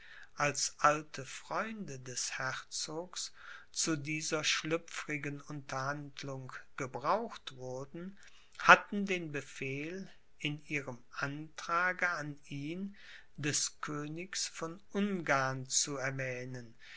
als alte freunde des herzogs zu dieser schlüpfrigen unterhandlung gebraucht wurden hatten den befehl in ihrem antrage an ihn des königs von ungarn zu erwähnen